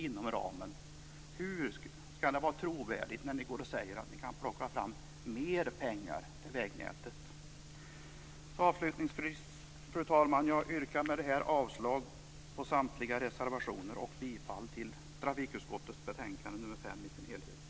Hur skall ni vara trovärdiga när ni säger att ni kan plocka fram mer pengar till vägnätet? Fru talman! Med det anförda yrkar jag avslag på samtliga reservationer och bifall till hemställan i trafikutskottets betänkande nr 5 i dess helhet.